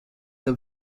the